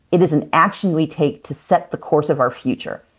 it is an action we take to set the course of our future.